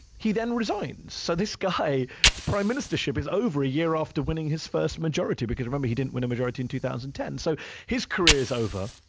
he then resigned. so this guy, his prime ministership is over a year after winning his first majority, because remember, he didn't win a majority in two thousand and ten. so his career is over.